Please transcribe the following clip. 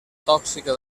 tòxica